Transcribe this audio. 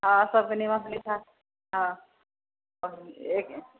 हँ सबके निमन सँ लिखाए हँ एक